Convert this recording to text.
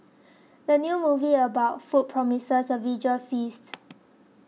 the new movie about food promises a visual feast